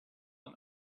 and